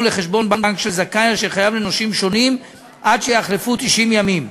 לחשבון בנק של זכאי אשר חייב לנושים שונים עד שיחלפו 90 ימים.